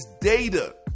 data